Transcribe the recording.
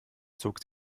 zog